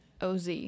OZ